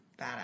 Badass